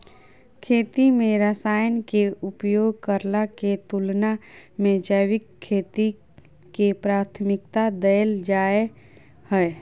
खेती में रसायन के उपयोग करला के तुलना में जैविक खेती के प्राथमिकता दैल जाय हय